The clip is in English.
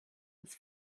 was